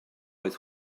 oedd